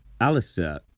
Alistair